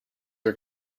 are